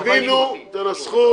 הבינו, תנסחו.